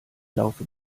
laufe